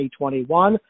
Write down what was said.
2021